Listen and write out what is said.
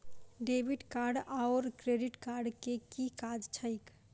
Debit card आओर credit card केँ की काज छैक?